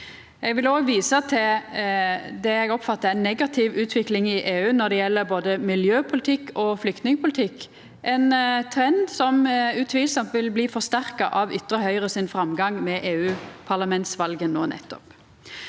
Eg vil òg visa til det eg oppfattar er ei negativ utvikling i EU når det gjeld både miljøpolitikk og flyktningpolitikk, ein trend som utvilsamt vil bli forsterka av ytre høgre sin framgang ved EU-parlamentsvalet no nettopp.